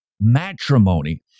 matrimony